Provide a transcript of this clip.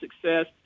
success